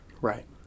Right